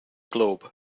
globe